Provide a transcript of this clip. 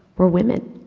were women,